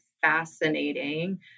fascinating